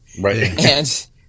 Right